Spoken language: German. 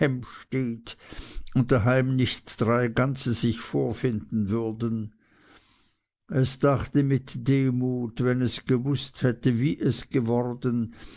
und daheim nicht drei ganze sich vorfinden würden dachte mit demut wenn es gewußt wie es geworden